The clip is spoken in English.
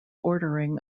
ordering